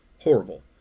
horrible